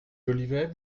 jolivet